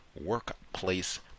workplace